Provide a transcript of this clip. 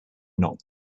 not